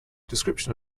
description